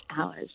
hours